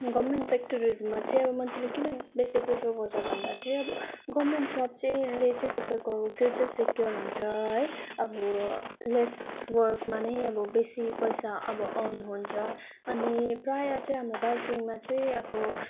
government सेक्टरहरूमा चाहिँ अब मान्छेले किन बेसी प्रिफर गर्छ भन्दा चाहिँ अब गर्मेन्ट जब चाहिँ ले चाहिँ तपाईँको फ्यूचर सेक्युर हुन्छ है अब लेस वर्कमा नै अब बेसी पैसा अब आउने हुन्छ अनि प्रायः चाहिँ हाम्रो दार्जिलिङमा चाहिँ अब